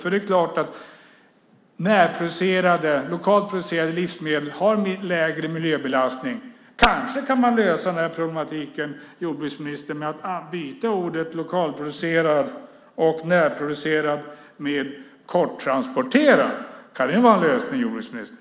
För det är klart att närproducerade, lokalt producerade livsmedel har lägre miljöbelastning. Kanske kan man lösa den här problematiken, jordbruksministern, med att byta orden lokalproducerad och närproducerad till korttransporterad. Kan det vara en lösning, jordbruksministern?